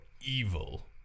evil